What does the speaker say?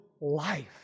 life